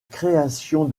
création